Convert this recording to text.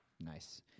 Nice